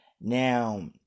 Now